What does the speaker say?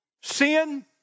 Sin